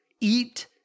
eat